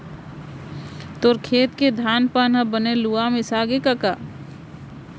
तोर खेत के धान पान मन बने लुवा मिसागे कका?